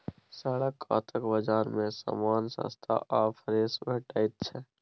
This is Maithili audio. सड़क कातक बजार मे समान सस्ता आ फ्रेश भेटैत छै